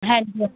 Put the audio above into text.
ਹਾਂਜੀ ਹਾਂਜੀ